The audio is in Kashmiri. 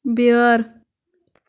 بیٛٲر